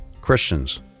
Christians